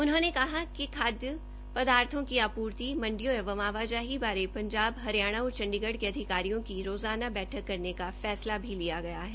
उन्होंने कहा कि खाद्य पदार्थो की आपूर्ति मंडियो एवं आवाजाही बारे पंजाब हरियाणा और चंडीगढ़ के अधिकारियों की रोज़ाना बैठक करने का फैसा भी लिया गया है